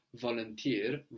volunteer